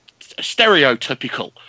stereotypical